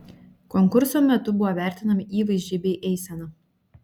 konkurso metu buvo vertinami įvaizdžiai bei eisena